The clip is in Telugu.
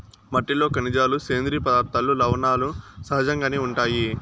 మట్టిలో ఖనిజాలు, సేంద్రీయ పదార్థాలు, లవణాలు సహజంగానే ఉంటాయి